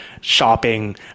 shopping